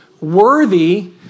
worthy